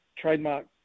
trademark